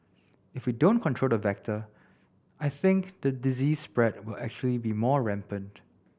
if we don't control the vector I think the disease spread will actually be more rampant